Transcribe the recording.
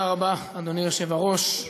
אדוני היושב-ראש,